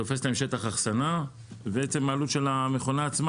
תופס להם שטח אחסנה ובעצם עלות המכונה עצמה